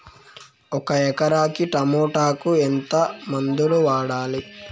ఒక ఎకరాకి టమోటా కు ఎంత మందులు వాడాలి?